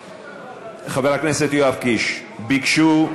חבר הכנסת יואב קיש, ביקשו,